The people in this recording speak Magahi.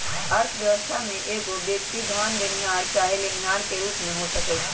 अर्थव्यवस्था में एगो व्यक्ति धन देनिहार चाहे लेनिहार के रूप में हो सकइ छइ